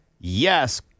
yes